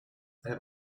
have